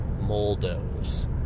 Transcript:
moldos